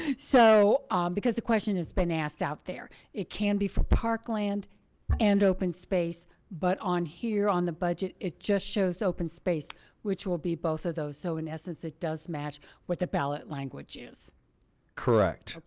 so um because the question has been asked out there it can be for parkland and open space but on here on the budget, it just shows open space which will be both of those so in essence it does match with the ballot language is correct.